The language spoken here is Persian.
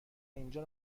اینجا